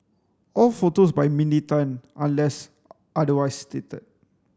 all photos by Mindy Tan unless otherwise stated